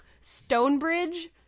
Stonebridge